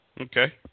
Okay